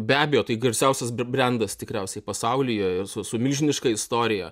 be abejo tai garsiausias brendas tikriausiai pasaulyje ir su su milžiniška istorija